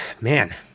man